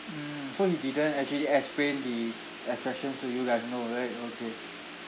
mm so he didn't actually explain the attractions to you guys no right okay